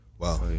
Wow